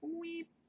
weep